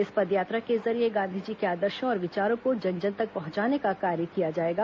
इस पदयात्रा के जरिये गांधी जी के आदर्शो और विचारों को जन जन तक पहुंचाने का कार्य किया जाएगा